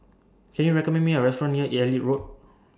Can YOU recommend Me A Restaurant near Elliot Road